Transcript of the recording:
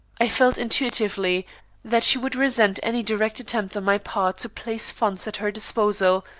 i felt intuitively that she would resent any direct attempt on my part to place funds at her disposal,